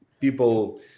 people